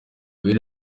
uyu